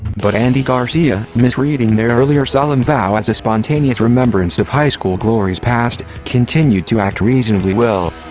but andy garcia, misreading their earlier solemn vow as a spontaneous remembrance of high school glories past, continued to act reasonably well.